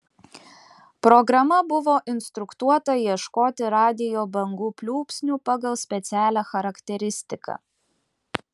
programa buvo instruktuota ieškoti radijo bangų pliūpsnių pagal specialią charakteristiką